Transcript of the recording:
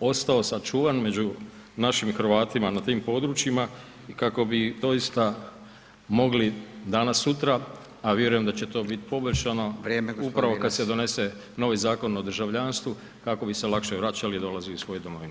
ostao sačuvan među našim Hrvatima na tim područjima i kako bi doista mogli danas, sutra, a vjerujem da će to biti poboljšano upravo kad se donese novi Zakon o državljanstvu kako bi se lakše vraćali i dolazili u svoju domovinu.